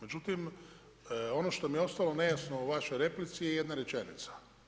Međutim, ono što mi je ostalo nejasno u vašoj replici je jedna rečenica.